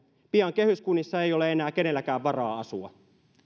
pian kehyskunnissa ei ole enää kenelläkään varaa asua